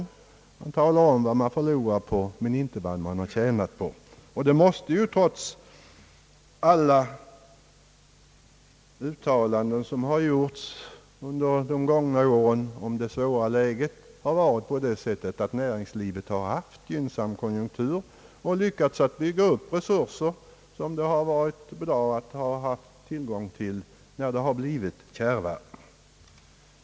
Man talar om vad man förlorar på men inte vad man tjänar på. Det måste trots alla uttalanden som har gjorts i svåra lägen under de gångna åren ha varit på det sättet att näringslivet har haft tillfällen av gynnsamma konjunkturer och lyckats bygga upp resurser som varit bra att ha tillgång till när läget blivit kärvare.